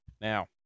Now